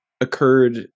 occurred